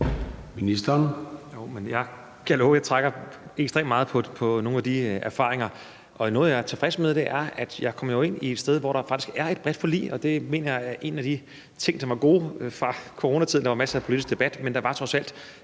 trækker ekstremt meget på nogle af de erfaringer. Noget, jeg er tilfreds med, er, at jeg jo kommer ind på et område, hvor der faktisk er et bredt forlig, og det mener jeg er en af de ting fra coronatiden, der var gode: Der var masser af politisk debat, men der var trods alt